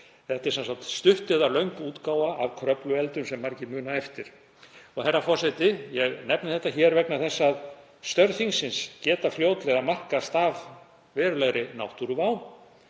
Þetta er sem sagt stutt eða löng útgáfa af Kröflueldum sem margir muna eftir. Herra forseti. Ég nefni þetta hér vegna þess að störf þingsins geta fljótlega markast af verulegri náttúruvá.